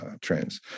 trends